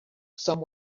some